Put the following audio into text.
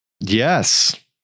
Yes